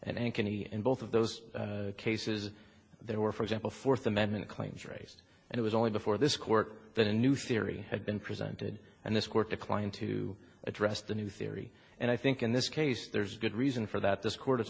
any and both of those cases there were for example fourth amendment claims raised and it was only before this court the new theory had been presented and this court declined to address the new theory and i think in this case there's a good reason for that this